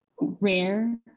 rare